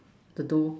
the door